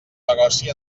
negoci